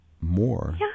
more